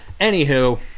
Anywho